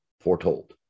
foretold